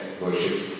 worship